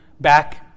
back